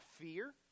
fear